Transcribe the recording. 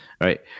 Right